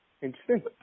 Interesting